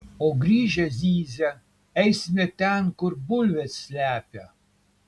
o grįžę zyzia eisime ten kur bulves slepia